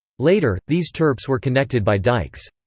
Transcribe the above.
later, these terps were connected by dikes.